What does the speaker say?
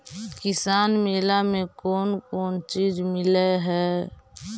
किसान मेला मे कोन कोन चिज मिलै है?